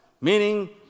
meaning